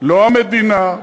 לא המדינה.